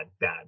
bad